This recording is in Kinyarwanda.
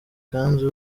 kandi